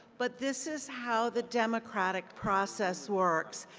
but this is how the domestic process works.